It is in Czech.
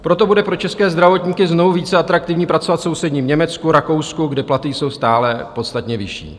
Proto bude pro české zdravotníky znovu více atraktivní pracovat v sousedním Německu, Rakousku, kde platy jsou stále podstatně vyšší.